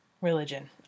religion